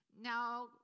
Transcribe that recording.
Now